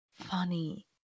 funny